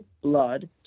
blood